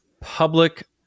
public